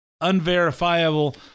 unverifiable